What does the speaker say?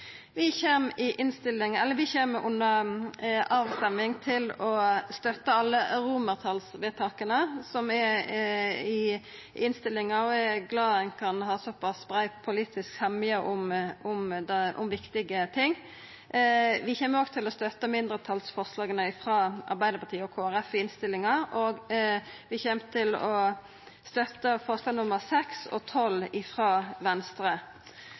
Vi kjem under avstemminga til å støtta alle romertalsvedtaka i innstillinga, og eg er glad ein kan ha såpass brei politisk semje om viktige ting. Vi kjem òg til å støtta mindretalsforslaga frå Arbeidarpartiet og Kristeleg Folkeparti i innstillinga, og vi kjem til å støtta forslaga nr. 6 og 12, frå Venstre. Så har Senterpartiet fremja forslag som er omdelte i salen, og